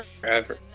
forever